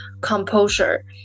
composure